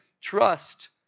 trust